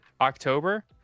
october